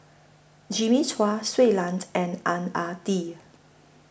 Jimmy Chua Shui Lan and Ang Ah Tee